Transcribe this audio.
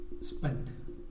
spent